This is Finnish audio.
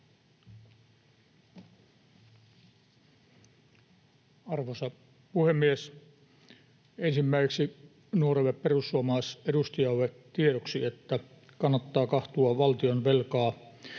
Arvoisa puhemies! Ensimmäiseksi nuorelle perussuoma-laisedustajalle tiedoksi, että kannattaa katsoa valtionvelkaa